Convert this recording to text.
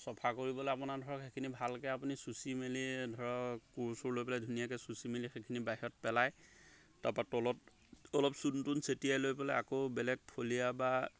চফা কৰিবলৈ আপোনাৰ ধৰক সেইখিনি ভালকৈ আপুনি চুচি মেলি ধৰক কোৰ চোৰ লৈ পেলাই ধুনীয়াকৈ চুচি মেলি সেইখিনি বাহিৰত পেলাই তাৰপা তলত অলপ চূণ তূণ ছটিয়াই লৈ পেলাই আকৌ বেলেগ ফলিয়া বা